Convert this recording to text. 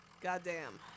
goddamn